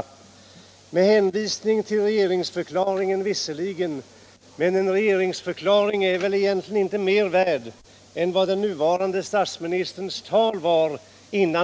Det sker visserligen med hänvisning till regeringsförklaringen, men en regeringsförklaring är väl egentligen inte mer värd än den nuvarande statsministerns tal före